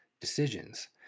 decisions